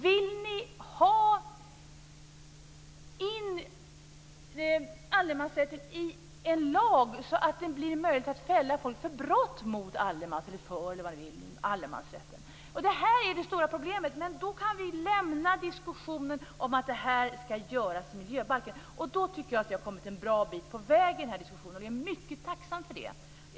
Vill ni ha in allemansrätten i en lag, så att det blir möjligt att fälla folk för brott mot allemansrätten? Det här är det stora problemet. Men då kan vi lämna diskussionen om att det här ska göras i miljöbalken. Då tycker jag att vi har kommit en bra bit på vägen i den här diskussionen. Jag är mycket tacksam över det.